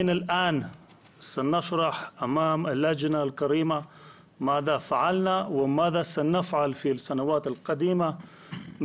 כעת נסביר לוועדה הנכבדה מה עשינו ומה נעשה בשנים הבאות